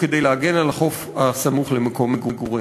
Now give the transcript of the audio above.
כדי להגן על החוף הסמוך למקום מגוריהם.